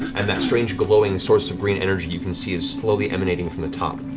and that strange glowing source of green energy you can see is slowly emanating from the top.